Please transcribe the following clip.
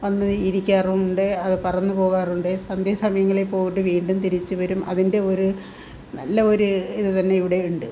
വന്ന് ഇരിക്കാറുണ്ട് പറന്നു പോകാറുണ്ട് സന്ധ്യാസമയങ്ങളിൽ പോയിട്ട് വീണ്ടും തിരിച്ചുവരും അതിൻ്റെ ഒരു നല്ല ഒരു ഇതു തന്നെയിവിടെയുണ്ട്